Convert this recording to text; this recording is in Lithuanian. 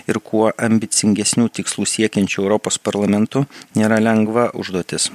ir kuo ambicingesnių tikslų siekiančiu europos parlamentu nėra lengva užduotis